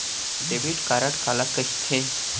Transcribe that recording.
Debit card काला कहिथे?